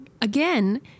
again